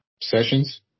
sessions